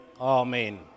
Amen